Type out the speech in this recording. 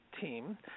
team